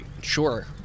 Sure